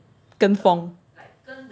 跟风